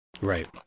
Right